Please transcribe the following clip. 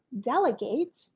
delegate